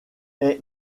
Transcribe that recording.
est